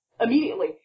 Immediately